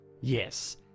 Yes